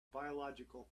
biological